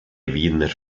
wiener